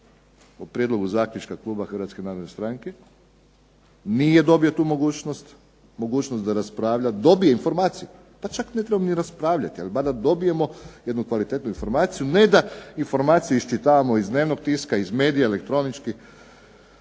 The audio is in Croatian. o prijedlogu zaključka kluba HNS-a, nije dobio tu mogućnost, mogućnost da raspravlja, dobije informaciju, pa čak ne trebamo ni raspravljati, ali bar da dobijemo jednu kvalitetnu informaciju. Ne da informacije iščitavamo iz dnevnog tiska, iz medija elektroničkih